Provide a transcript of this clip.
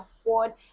afford